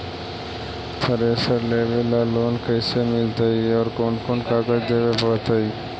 Thresher लेबे ल loan कैसे मिलतइ और कोन कोन कागज देबे पड़तै?